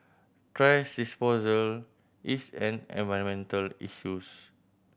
trash disposal is an environmental issues